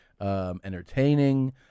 entertaining